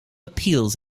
appeals